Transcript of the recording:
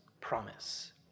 promise